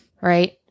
right